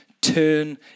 Turn